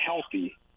healthy